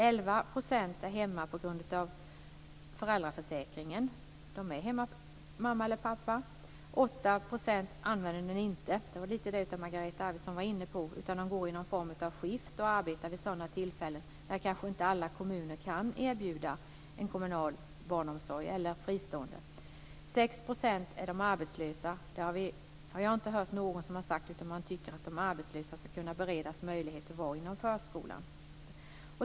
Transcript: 11 % är hemma på grund av föräldraförsäkringen; de är hemma med mamma eller pappa. 8 % använder den inte. Det var lite av det som Margareta Andersson var inne på. De går i någon form av skift och arbetar vid sådana tillfällen då alla kommuner kanske inte kan erbjuda en kommunal barnomsorg eller en fristående barnomsorg. 6 % är barn till arbetslösa. Dem har jag inte hört någonting om, utan man tycker att de arbetslösas barn ska kunna beredas möjlighet att vara inom förskolan.